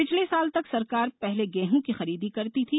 पिछले साल तक सरकार पहले गेहूं की खरीदी करती थी